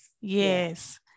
yes